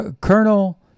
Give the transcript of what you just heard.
Colonel